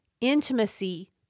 intimacy